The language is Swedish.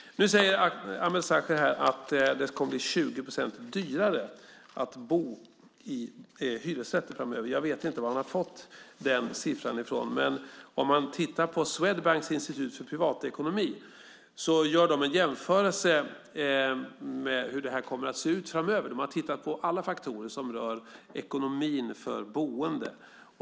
Ameer Sachet säger här att det framöver kommer att bli 20 procent dyrare att bo i hyresrätter. Jag vet inte varifrån han har fått den siffran. Swedbanks institut för privatekonomi har gjort en jämförelse och tittat på hur det här kommer att se ut framöver. De har tittat på alla faktorer som rör ekonomin för boende.